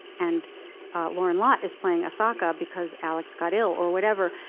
and loren lott is playing asaka because alex got ill or whatever.